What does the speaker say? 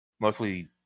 mostly